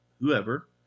whoever